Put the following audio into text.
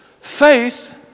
Faith